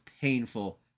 painful